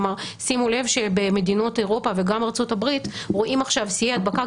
שימו לב שבמדינות אירופה וגם בארצות הברית רואים עכשיו שיאי הדבקה,